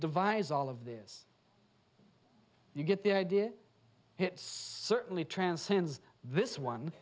devise all of this you get the idea hits certainly transcends this one